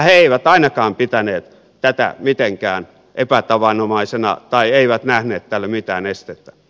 he eivät ainakaan pitäneet tätä mitenkään epätavanomaisena tai eivät nähneet tälle mitään estettä